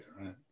right